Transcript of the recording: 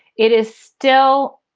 it is still,